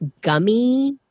gummy